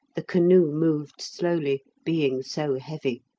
the canoe moved slowly, being so heavy.